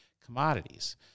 commodities